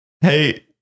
Hey